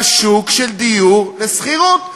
בשוק של דיור לשכירות.